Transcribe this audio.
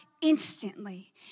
instantly